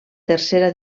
tercera